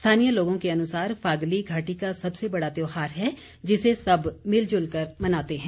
स्थानीय लोगों के अनुसार फागली घाटी का सबसे बड़ा त्यौहार है जिसे सब मिलजुलकर मनाते हैं